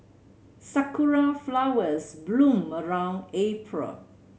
sakura flowers bloom around April